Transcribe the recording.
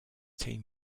team